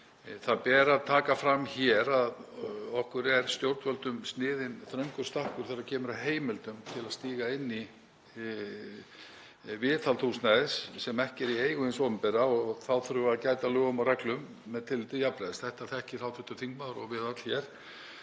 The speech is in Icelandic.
Það ber að taka fram hér að stjórnvöldum er sniðinn þröngur stakkur þegar kemur að heimildum til að stíga inn í viðhald húsnæðis sem ekki er í eigu hins opinbera og þá þurfum við að gæta að lögum og reglum með tilliti til jafnræðis. Þetta þekkir hv. þingmaður og við öll hér.